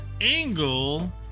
Angle